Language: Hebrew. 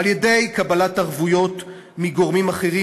על-ידי קבלת ערבויות מגורמים אחרים,